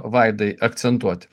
vaidai akcentuoti